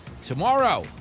Tomorrow